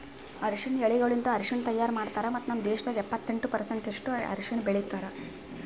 ಅರಶಿನ ಎಲಿಗೊಳಲಿಂತ್ ಅರಶಿನ ತೈಯಾರ್ ಮಾಡ್ತಾರ್ ಮತ್ತ ನಮ್ ದೇಶದಾಗ್ ಎಪ್ಪತ್ತೆಂಟು ಪರ್ಸೆಂಟಿನಷ್ಟು ಅರಶಿನ ಬೆಳಿತಾರ್